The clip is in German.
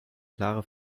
klare